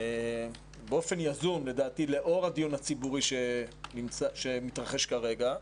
לדעתי באופן יזום לאור הדיון הציבורי שמתרחש כרגע,